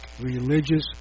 religious